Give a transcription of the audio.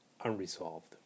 unresolved